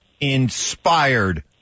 inspired